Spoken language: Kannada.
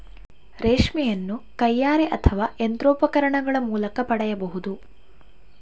ರೇಷ್ಮೆಯನ್ನು ಕೈಯಾರೆ ಅಥವಾ ಯಂತ್ರೋಪಕರಣಗಳ ಮೂಲಕ ಪಡೆಯಬಹುದು